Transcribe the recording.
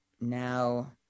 now